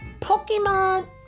Pokemon